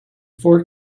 four